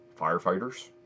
firefighters